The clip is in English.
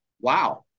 wow